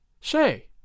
Say